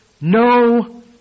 no